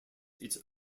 its